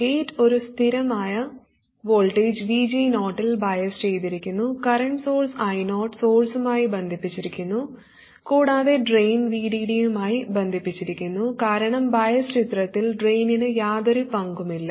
gate ഒരു സ്ഥിരമായ voltage VG0 ൽ ബയാസ് ചെയ്തിരിക്കുന്നു കറന്റ് സോഴ്സ് I0 സോഴ്സുമായി ബന്ധിപ്പിച്ചിരിക്കുന്നു കൂടാതെ ഡ്രെയിൻ VDD യുമായി ബന്ധിപ്പിച്ചിരിക്കുന്നു കാരണം ബയാസ് ചിത്രത്തിൽ ഡ്രെയിനിന് യാതൊരു പങ്കുമില്ല